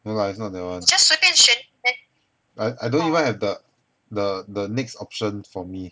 no lah is not that I I don't even have the the the next option for me